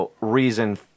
reason